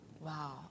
Wow